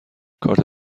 کارت